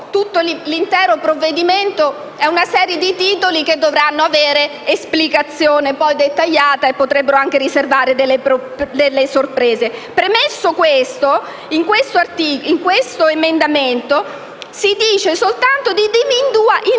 fine, l'intero provvedimento è una serie di titoli che dovranno avere esplicazione dettagliata e potrebbero anche riservare delle sorprese. Ciò premesso, con questo emendamento si prevede soltanto di individuare